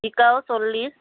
জিকাও চল্লিছ